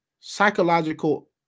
psychological